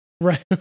Right